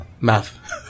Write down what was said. Math